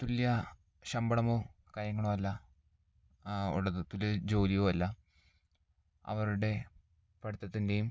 തുല്യ ശമ്പളമോ കാര്യങ്ങളോ അല്ല ഉള്ളത് തുല്യ ജോലിയോ അല്ല അവരുടെ പഠിത്തത്തിൻ്റെയും